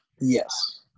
Yes